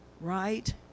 right